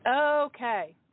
okay